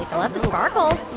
ah love the sparkles.